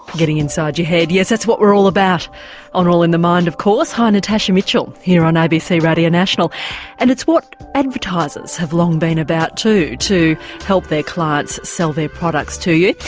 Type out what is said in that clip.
getting inside your head, yes, that's what we're all about on all in the mind of course, hi, natasha mitchell here on abc radio national and it's what advertisers have long been about too, to help their clients sell their products to you.